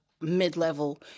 mid-level